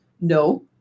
no